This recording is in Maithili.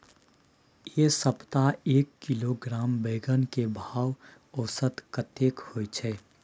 ऐ सप्ताह एक किलोग्राम बैंगन के भाव औसत कतेक होय छै?